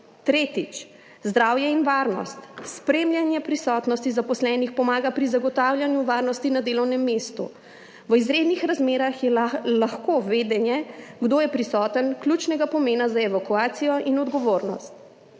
Tretjič, zdravje in varnost. Spremljanje prisotnosti zaposlenih pomaga pri zagotavljanju varnosti na delovnem mestu. V izrednih razmerah je lahko vedenje, kdo je prisoten, ključnega pomena za evakuacijo in odgovornost.